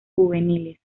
juveniles